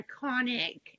iconic